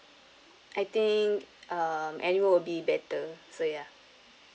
I think um annual will be better so ya